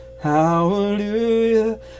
hallelujah